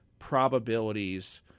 probabilities